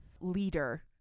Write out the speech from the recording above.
leader